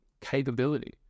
capability